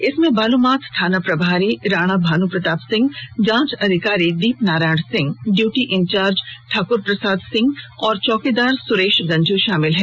इसमें बालूमाथ थाना प्रभारी राणा भानू प्रताप सिंह जांच अधिकारी दीपनारायण सिंह ड्यूटी इंचार्ज ठाकुर प्रसाद सिंह और चौकीदार सुरेश गंझू शामिल है